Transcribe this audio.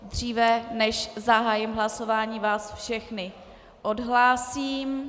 Dříve, než zahájím hlasování, vás všechny odhlásím.